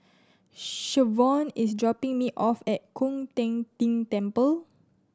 Shavonne is dropping me off at Koon Ting Temple